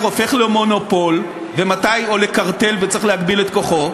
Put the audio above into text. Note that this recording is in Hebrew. הופך למונופול או לקרטל וצריך להגביל את כוחו,